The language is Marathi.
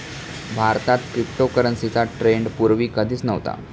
भारतात क्रिप्टोकरन्सीचा ट्रेंड पूर्वी कधीच नव्हता